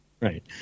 Right